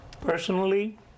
Personally